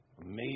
Amazing